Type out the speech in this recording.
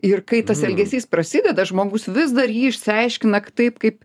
ir kai tas elgesys prasideda žmogus vis dar jį išsiaiškina k taip kaip